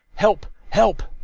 help! help!